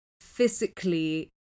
physically